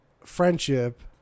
Friendship